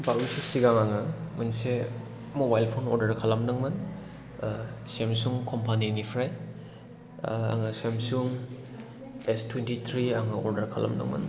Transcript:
बावैसो सिगां आङो मोनसे मबाइल फ'न अर्दार खालामदोंमोन सामसं कम्पानि निफ्राय आङो सामसं एस टुवेन्टिथ्रि आङो अर्दार खालामदोंमोन